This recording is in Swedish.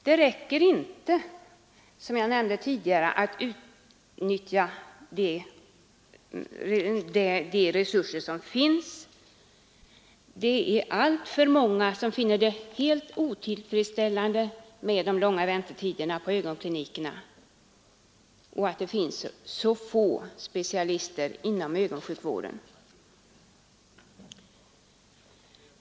Det räcker inte, som jag nämnde förut, att utnyttja de resurser som finns. Det är alltför många som finner det helt otillfredsställande med de långa väntetiderna på ögonklinikerna och att det finns så få ögonspecialister inom sjukvården.